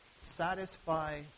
satisfy